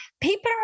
People